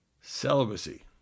celibacy